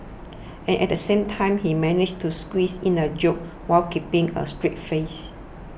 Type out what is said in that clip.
and at the same time he managed to squeeze in a joke while keeping a straight face